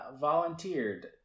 volunteered